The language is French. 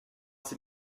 ces